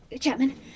Chapman